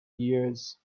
years